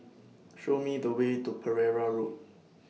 Show Me The Way to Pereira Road